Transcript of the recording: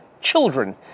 children